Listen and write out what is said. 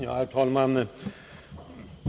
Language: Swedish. Herr talman!